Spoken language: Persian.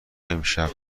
امشب